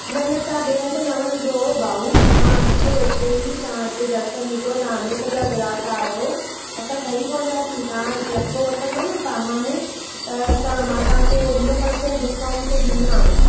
न न तव्हां बिएं हंधु ते न वञिजो भाऊ तव्हां अचिजो हिते ई तव्हां हिते दर्शनु ॾिजो तां हमेशा जा गाहकु आहियो असां ठई पवंदासीं तव्हां वठंदा न समान त असां मां तव्हांखे वीह पर्सैंट डिस्काउंटु डींदीमाव